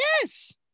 yes